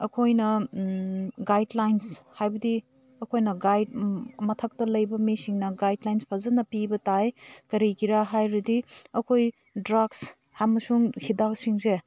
ꯑꯩꯈꯣꯏꯅ ꯒꯥꯏꯠꯂꯥꯏꯟꯁ ꯍꯥꯏꯕꯗꯤ ꯑꯩꯈꯣꯏꯅ ꯒꯥꯏꯠ ꯃꯊꯛꯇ ꯂꯩꯕ ꯃꯤꯁꯤꯡꯅ ꯒꯥꯏꯠꯂꯥꯏꯟꯁ ꯐꯖꯅ ꯄꯤꯕ ꯇꯥꯏ ꯀꯔꯤꯒꯤꯔꯥ ꯍꯥꯏꯔꯗꯤ ꯑꯩꯈꯣꯏ ꯗ꯭ꯔꯛꯁ ꯑꯃꯁꯨꯡ ꯍꯤꯗꯥꯛꯁꯤꯡꯁꯦ